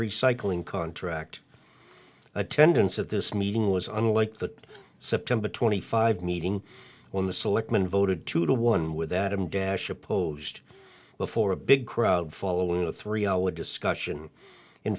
recycling contract attendance at this meeting was unlike the september twenty five meeting when the selectmen voted two to one with adam dash opposed before a big crowd following a three hour discussion in